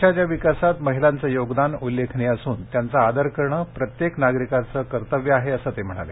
देशाच्या विकासात महिलांचं योगदान उल्लेखनीय असून त्यांचा आदर करण प्रत्येक नागरिकाचं कर्तव्य आहे असं ते म्हणाले